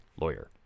lawyer